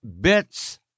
bits